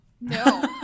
No